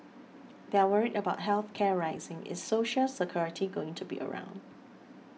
they're worried about health care rising is Social Security going to be around